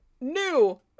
New